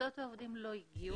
העובדות והעובדים לא הגיעו,